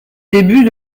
début